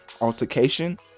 altercation